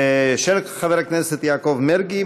של חבר הכנסת יעקב מרגי,